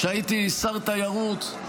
כשהייתי שר התיירות,